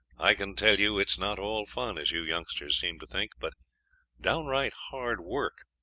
i can tell you it is not all fun, as you youngsters seem to think, but downright hard work.